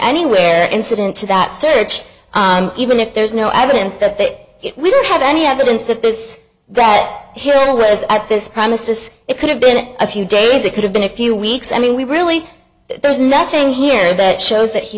anywhere incident to that search even if there's no evidence that we don't have any evidence of this that hill was at this premises it could have been a few days it could have been a few weeks i mean we really there's nothing here that shows that he